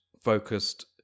focused